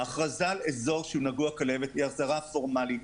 ההכרזה על אזור נגוע בכלבת היא הכרזה פורמאלית.